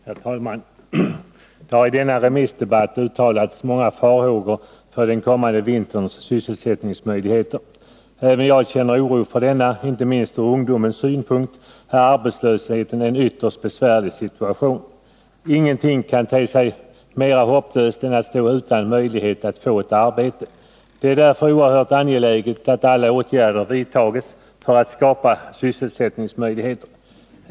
Herr talman! Det har i denna remissdebatt uttalats många farhågor beträffande sysselsättningen under den kommande vintern. Även jag känner oro för denna. Inte minst ur ungdomens synpunkt är arbetslösheten en ytterst besvärlig situation. Ingenting kan te sig mera hopplöst än att stå utan möjlighet att få ett arbete. Det är därför oerhört angeläget att alla åtgärder vidtages för att skapa sysselsättningsmöjligheter.